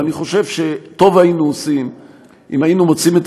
ואני חושב שטוב היינו עושים אם היינו מוצאים את